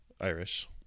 Irish